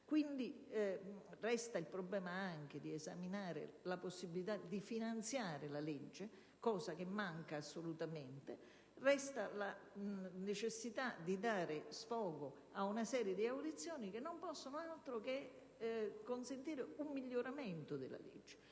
Quindi, resta il problema di esaminare la possibilità di finanziare la legge, che non è assolutamente presa in considerazione, e resta la necessità di dare sfogo a una serie di audizioni che non possono altro che consentire un miglioramento della legge.